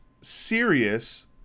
serious